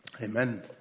Amen